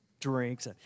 drinks